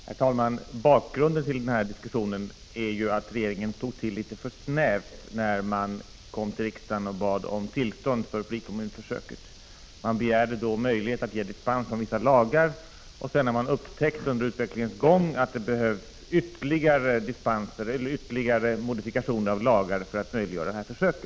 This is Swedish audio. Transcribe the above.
Herr talman! Bakgrunden till den här diskussionen är att regeringen tog till litet för snävt när man kom till riksdagen och bad om tillstånd för frikommunsförsöket. Man begärde möjlighet att ge dispens från vissa lagar. Sedan har man upptäckt under utvecklingens gång att det behövs ytterligare modifikationer av olika lagar för att möjliggöra detta försök.